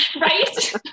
right